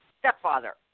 Stepfather